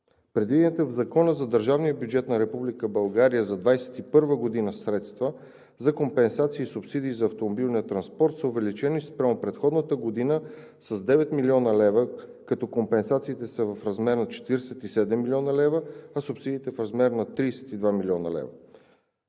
Предвидените в Закона за държавния бюджет на Република България за 2021 г. средства за компенсации и субсидии за автомобилния транспорт са увеличени спрямо предходната година с 9 млн. лв., като компенсациите са в размер на 47 млн. лв., а субсидиите – в размер на 32 млн. лв.